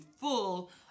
full